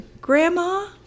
Grandma